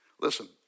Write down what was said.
Listen